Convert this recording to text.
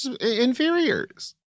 inferiors